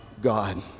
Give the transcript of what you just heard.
God